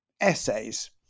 essays